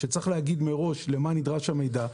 שצריך להגיד מראש למה נדרש המידע.